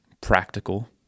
practical